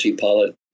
pilot